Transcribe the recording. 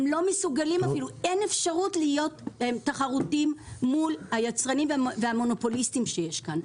הם לא מסוגלים להיות תחרותיים מול היצרנים והמונופוליסטים שיש כאן.